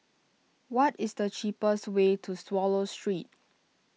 what is the cheapest way to Swallow Street